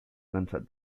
cansat